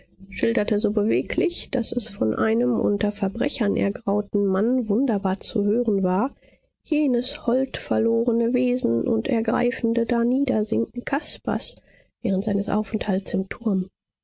schilderte so beweglich daß es von einem unter verbrechern ergrauten mann wunderbar zu hören war jenes hold verlorene weben und ergreifende darniedersinken caspars während seines aufenthalts im turm